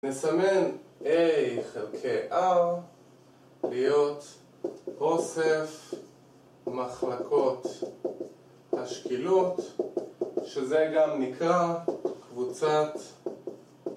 נסמן A חלקי R להיות אוסף מחלקות השקילות שזה גם נקרא קבוצת